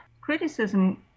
criticism